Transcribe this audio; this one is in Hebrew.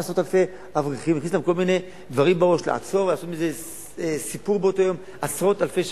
יש עשרות אלפי אברכים.